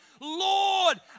Lord